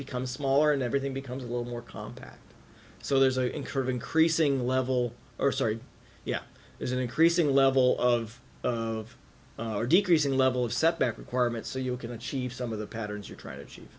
become smaller and everything becomes a little more compact so there's a in curve increasing level or sorry yeah there's an increasing level of of or decreasing level of setback requirements so you can achieve some of the patterns you're trying to achieve